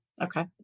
Okay